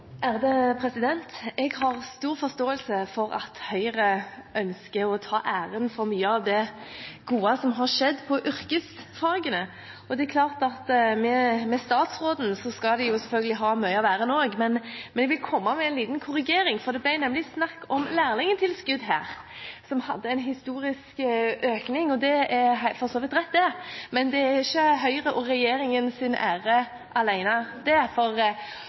refererte til. Jeg har stor forståelse for at Høyre ønsker å ta æren for mye av det gode som har skjedd med yrkesfagene, og det er klart at når partiet har statsråden, skal de selvfølgelig ha mye av æren også, men jeg vil komme med en liten korrigering, for det ble nemlig snakk om lærlingtilskudd her, som hadde en historisk økning. Det er for så vidt rett, men det er ikke Høyre og